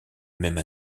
même